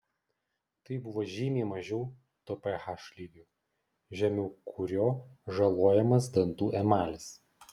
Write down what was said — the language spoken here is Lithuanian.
tai buvo žymiai mažiau to ph lygio žemiau kurio žalojamas dantų emalis